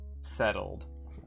settled